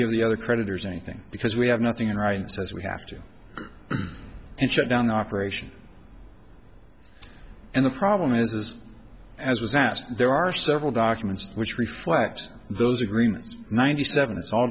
give the other creditors anything because we have nothing in writing as we have to shut down operations and the problem is is as was asked there are several documents which reflect those agreements ninety seven it's all